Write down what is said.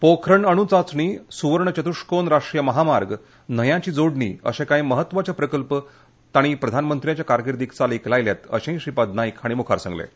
पोखरण अणु चांचणी सुवर्ण चतुशकोन राष्ट्रीय महामार्ग न्हंयांची जोडणी अशे कांय महत्वाचे प्रकल्प तांच्या प्रधानमंत्र्यांच्या कारकिर्दित चालीक लागलें अशें श्रीपाद नायक हांणी मुखार सांगलें